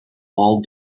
all